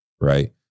Right